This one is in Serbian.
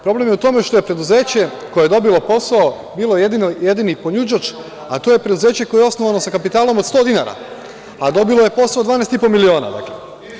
Problem je u tome što je preduzeće koje je dobilo posao bilo jedini ponuđač, a to je preduzeće koje osnovano sa kapitalom od 100 dinara, a dobilo je posao od 12,5 miliona dinara.